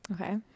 Okay